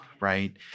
right